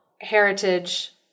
heritage